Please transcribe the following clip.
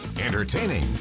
Entertaining